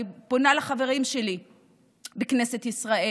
אני פונה לחברים שלי בכנסת ישראל: